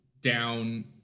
down